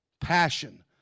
Passion